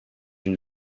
une